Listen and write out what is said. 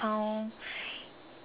uh